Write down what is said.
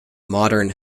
modern